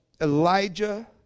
Elijah